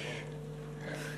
אני פה.